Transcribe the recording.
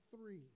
three